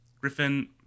Griffin